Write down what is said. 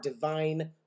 divine